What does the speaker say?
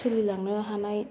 सोलिलांनो हानाय